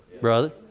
brother